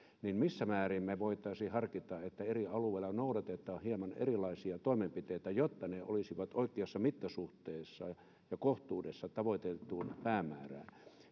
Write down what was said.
missä määrin me voisimme harkita että eri alueilla noudatetaan hieman erilaisia toimenpiteitä jotta ne olisivat oikeassa mittasuhteessa ja kohtuudessa tavoiteltuun päämäärään